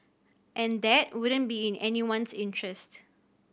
and that wouldn't be in anyone's interest